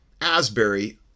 Asbury